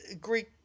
Greek